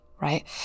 right